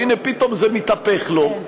והנה פתאום זה מתהפך לו.